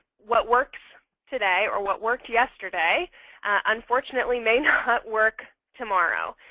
what works today or what worked yesterday unfortunately may not work tomorrow.